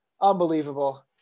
unbelievable